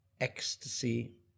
ecstasy